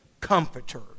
Comforter